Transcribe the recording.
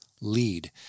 Lead